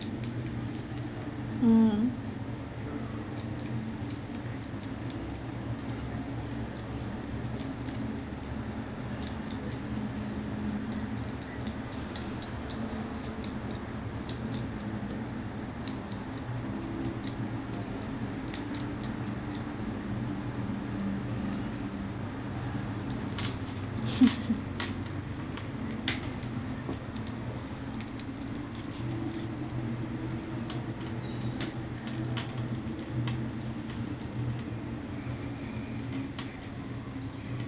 mm